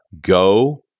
Go